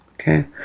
Okay